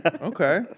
Okay